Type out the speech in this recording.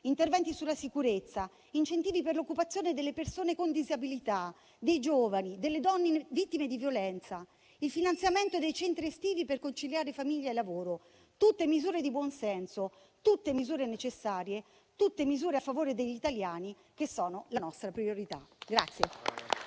interventi sulla sicurezza; gli incentivi per l'occupazione delle persone con disabilità, dei giovani, delle donne vittime di violenza; il finanziamento dei centri estivi per conciliare famiglia e lavoro. Sono tutte misure di buonsenso, necessarie e a favore degli italiani, che sono la nostra priorità.